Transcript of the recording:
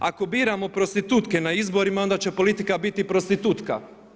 Ako biramo prostitutke na izborima onda će politika biti prostitutka.